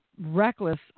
reckless